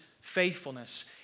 faithfulness